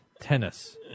tennis